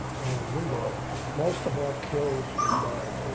we got most of our kills were by,